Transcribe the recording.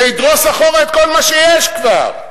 זה ידרוס אחורה את כל מה שכבר יש.